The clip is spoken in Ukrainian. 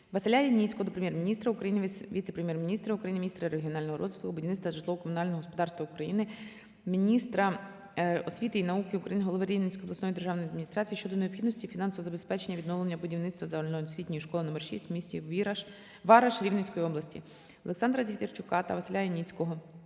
Василя Яніцього до Прем'єр-міністра України, Віце-прем’єр-міністра України - міністра регіонального розвитку, будівництва та житлово-комунального господарства України, міністра освіти і науки України, голови Рівненської обласної державної адміністрації щодо необхідності фінансового забезпечення відновлення будівництва загальноосвітньої школи № 6 в місті Вараш Рівненської області. Олександра Дехтярчука та Василя Яніцького